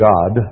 God